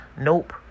Nope